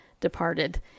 departed